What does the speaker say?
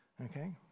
Okay